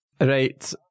right